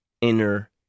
inner